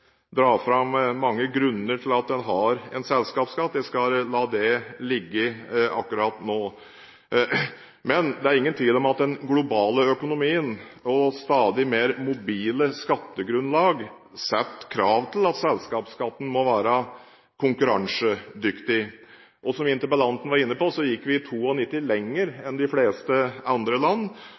dra fram mange grunner til at en har en selskapsskatt, men jeg skal la det ligge akkurat nå. Det er ingen tvil om at den globale økonomien og stadig mer mobile skattegrunnlag setter krav til at selskapsskatten må være konkurransedyktig. Som interpellanten var inne på, gikk vi i 1992 lenger enn de fleste andre land.